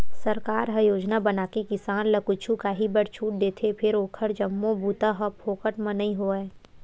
सरकार ह योजना बनाके किसान ल कुछु काही बर छूट देथे फेर ओखर जम्मो बूता ह फोकट म नइ होवय